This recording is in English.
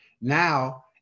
Now